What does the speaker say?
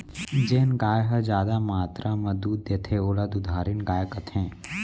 जेन गाय ह जादा मातरा म दूद देथे ओला दुधारिन गाय कथें